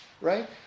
right